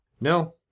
No